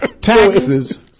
Taxes